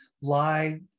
lie